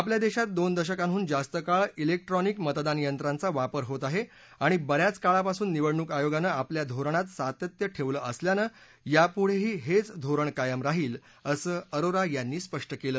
आपल्या देशात दोन दशकांहून जास्त काळ इलेक्ट्रॉनिक मतदान यंत्रांचा वापर होत आहे आणि बऱ्याच काळापासून निवडणूक आयोगानं आपल्या धोरणात सातत्य ठेवलं असल्यानं यापुढेही हेच धोरण कायम राहील असं अरोरा यांनी स्पष्ट केलं